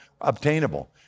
obtainable